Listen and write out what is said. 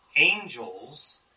Angels